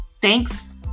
Thanks